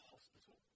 hospital